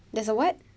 there's a what